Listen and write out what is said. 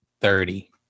Thirty